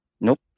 nope